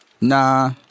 Nah